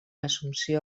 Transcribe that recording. assumpció